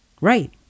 right